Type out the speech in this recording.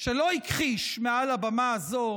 שלא הכחיש מעל הבמה הזאת